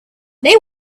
they